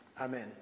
Amen